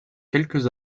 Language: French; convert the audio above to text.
quelques